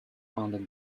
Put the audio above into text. funded